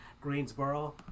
Greensboro